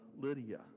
Lydia